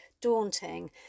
daunting